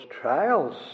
trials